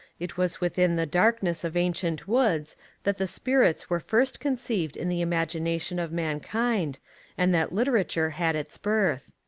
it was within the darkness of ancient woods that the spirits were first conceived in the imagination of mankind and that literature had its birth.